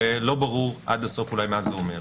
ולא ברור אולי עד הסוף מה זה אומר.